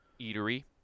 eatery